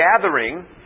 gathering